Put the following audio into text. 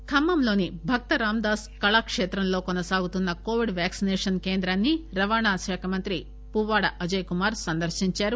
Covid ఖమ్మంలోని భక్త రామదాస్ కళాశ్షేత్రంలో కొనసాగుతున్న కోవిడ్ వాక్సినేషన్ కేంద్రాన్నిరవాణా మంత్రి పువ్వాడ అజయ్ కుమార్ సందర్శించారు